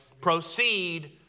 Proceed